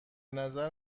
نظر